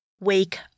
Wake